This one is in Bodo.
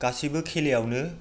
गासैबो खेलायावनो